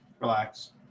Relax